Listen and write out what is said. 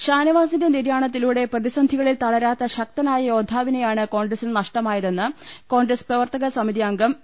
ഷാനവാസിന്റെ നിര്യാണത്തിലൂടെ പ്രതിസന്ധികളിൽ തള രാത്ത ശക്തനായ യോദ്ധാവിനെയാണ് കോൺഗ്രസിന് നഷ്ടമാ യതെന്ന് കോൺഗ്രസ് പ്രവർത്തക സമിതി അംഗം എ